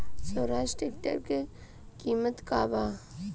Swaraj tractor के किमत का बा?